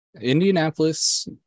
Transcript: Indianapolis